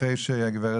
את